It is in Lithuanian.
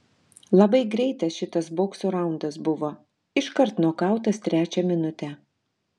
labai greitas šitas bokso raundas buvo iškart nokautas trečią minutę